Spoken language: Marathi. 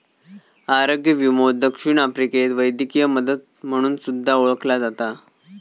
आरोग्य विमो दक्षिण आफ्रिकेत वैद्यकीय मदत म्हणून सुद्धा ओळखला जाता